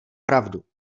pravdu